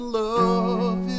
love